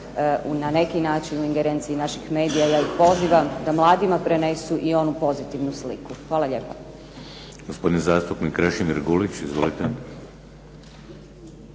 na neki način u ingerenciji naših medija, ja ih pozivam da mladima prenesu i onu pozitivnu sliku. Hvala lijepo.